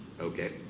Okay